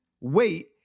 wait